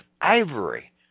ivory